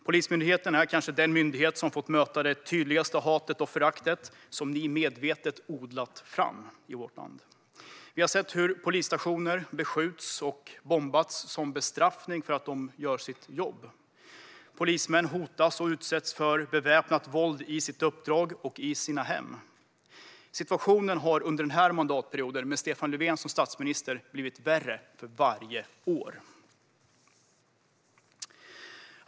Polismyndigheten är kanske den myndighet som fått möta det tydligaste hatet och föraktet, som ni medvetet odlat fram i vårt land. Vi har sett hur polisstationer beskjutits och bombats som bestraffning för att polisen gör sitt jobb. Polismän hotas och utsätts för beväpnat våld i sitt uppdrag och i sina hem. Situationen har under den här mandatperioden, med Stefan Löfven som statsminister, blivit värre för varje år.